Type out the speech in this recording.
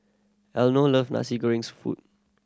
Elenor love nasi gorengs food